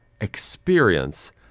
experience